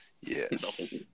Yes